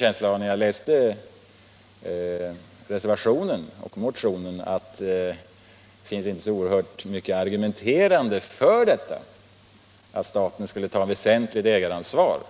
När jag läste reservationen och motionen fick jag en känsla av att det inte finns så oerhört mycket argumenterande för tanken att staten skulle ta ett väsentligt ägaransvar,